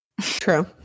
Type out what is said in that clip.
True